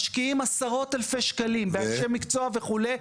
ומשקיעים עשרות אלפי שקלים באנשי מקצוע וכו',